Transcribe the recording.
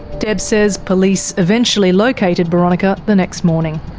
deb says police eventually located boronika the next morning.